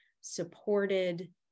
supported